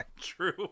True